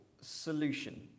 solution